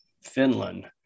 Finland